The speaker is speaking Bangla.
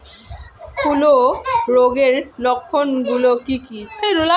হূলো রোগের লক্ষণ গুলো কি কি?